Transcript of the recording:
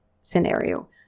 scenario